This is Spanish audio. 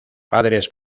padres